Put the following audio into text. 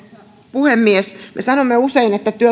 puhemies me sanomme usein että